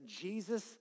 Jesus